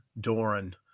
Doran